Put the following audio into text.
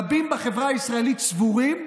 רבים בחברה הישראלית סבורים,